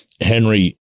Henry